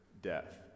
death